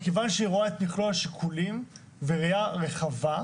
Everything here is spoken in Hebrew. מכיוון שהיא רואה את מכלול השיקולים וראייה רחבה,